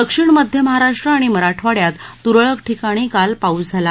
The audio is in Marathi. दक्षिण मध्य महाराष्ट्र आणि मराठवाड्यात तुरळक ठिकाणी काल पाऊस झाला